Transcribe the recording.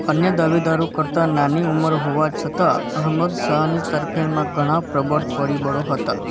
અન્ય દાવેદારો કરતાં નાની ઉંમર હોવા છતાં અહમદ શાહની તરફેણમાં ઘણા પ્રબળ પરિબળો હતા